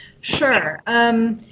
Sure